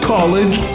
College